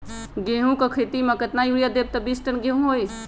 गेंहू क खेती म केतना यूरिया देब त बिस टन गेहूं होई?